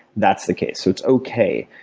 that's the case. so it's okay.